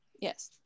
Yes